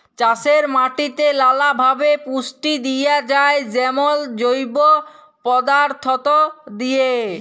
চাষের মাটিতে লালাভাবে পুষ্টি দিঁয়া যায় যেমল জৈব পদাথ্থ দিঁয়ে